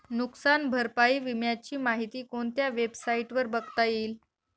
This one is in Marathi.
नुकसान भरपाई विम्याची माहिती कोणत्या वेबसाईटवर बघता येईल?